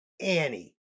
Annie